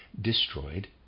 destroyed